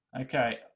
Okay